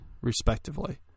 respectively